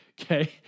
Okay